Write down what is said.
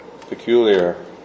peculiar